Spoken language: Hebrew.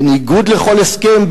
בניגוד לכל הסכם,